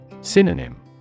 Synonym